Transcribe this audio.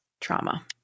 trauma